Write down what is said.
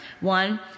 one